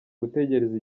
gutegereza